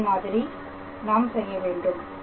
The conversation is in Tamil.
இதே மாதிரி நாம் செய்ய வேண்டும்